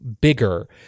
bigger